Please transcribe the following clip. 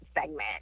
segment